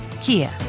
Kia